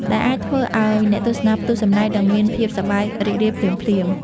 ដែលអាចធ្វើឱ្យអ្នកទស្សនាផ្ទុះសំណើច និងមានភាពសប្បាយរីករាយភ្លាមៗ។